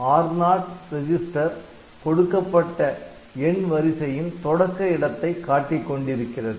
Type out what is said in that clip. R0 register கொடுக்கப்பட்ட எண் வரிசையின் தொடக்க இடத்தை காட்டிக் கொண்டிருக்கிறது